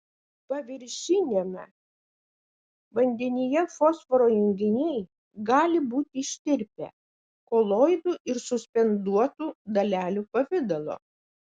paviršiniame vandenyje fosforo junginiai gali būti ištirpę koloidų ir suspenduotų dalelių pavidalo